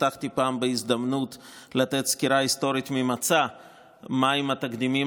הבטחתי בהזדמנות לתת סקירה היסטורית ממצה של התקדימים